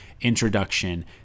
introduction